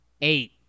Eight